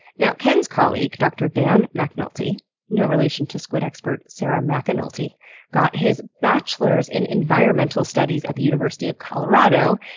now ken's colleague, dr. dan mcnulty no relation to squid expert sarah mcanulty got his bachelor's in environmental studies at the university of colorado,